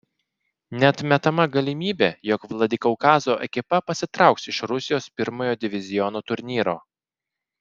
neatmetama galimybė jog vladikaukazo ekipa pasitrauks iš rusijos pirmojo diviziono turnyro